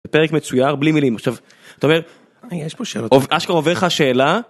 פרק מצויר בלי מילים. עכשיו, אתה אומר... אשכרה עוברת לך השאלה